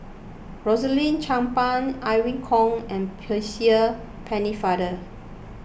Rosaline Chan Pang Irene Khong and Percy Pennefather